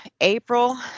April